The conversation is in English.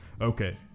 Okay